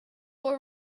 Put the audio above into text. were